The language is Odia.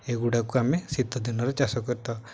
ଏଗୁଡ଼ାକୁ ଆମେ ଶୀତ ଦିନରେ ଚାଷ କରିଥାଉ